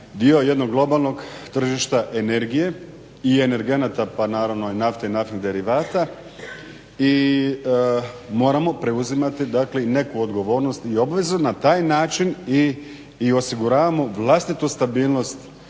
dio jednog globalnog tržišta energije i energenata pa naravno nafte i naftnih derivata i moramo preuzimati neku odgovornost i obvezu na taj način i osiguravamo vlastitu stabilnost